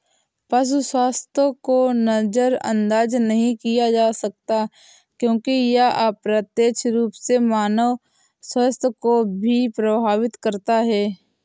पशु स्वास्थ्य को नजरअंदाज नहीं किया जा सकता क्योंकि यह अप्रत्यक्ष रूप से मानव स्वास्थ्य को भी प्रभावित करता है